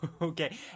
Okay